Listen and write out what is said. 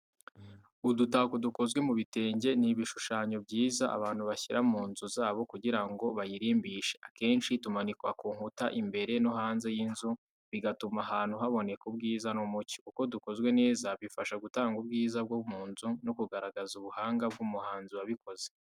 Udu­tako dukozwe mu bitenge ni ibishushanyo byiza abantu bashyira mu nzu zabo kugira ngo bayirimbishe. Akenshi tumanikwa ku nkuta imbere no hanze y’inzu, bigatuma ahantu haboneka ubwiza n’umucyo. Uko dukozwe neza, bifasha gutanga ubwiza bwo mu nzu no kugaragaza ubuhanga bw’umuhanzi wabikoze.